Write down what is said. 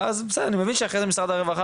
ואז בסדר אני מבין שאחרי זה משרד הרווחה